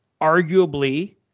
arguably